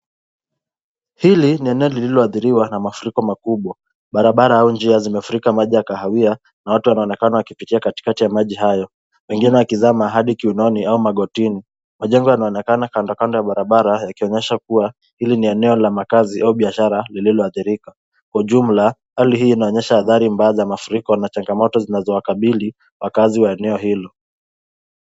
Hili ni eneo lililoathiriwa na mafuriko makubwa. Barabara au njia zimefurika maji ya kahawia, na watu wanaonekana wakipita katikati ya maji hayo, wengine wakizama hadi kwenye kiuno au magoti yao. Majengo yanaonekana kandokando ya barabara, yakionyesha kuwa hili ni eneo la makazi au biashara lililoathirika. Kwa ujumla, hali hii inaonyesha athari mbaya za mafuriko na changamoto zinazowakabili wakazi wa eneo hilo.